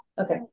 Okay